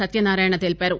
సత్యనారాయణ తెలిపారు